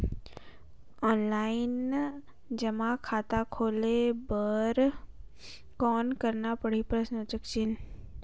Offline जमा खाता खोले बर कौन करना पड़ही?